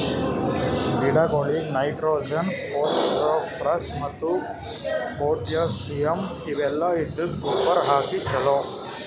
ಗಿಡಗೊಳಿಗ್ nitrogen, phosphorus ಮತ್ತ್ potassium ಇವೆಲ್ಲ ಇದ್ದಿದ್ದ್ ಗೊಬ್ಬರ್ ಹಾಕ್ರ್ ಛಲೋ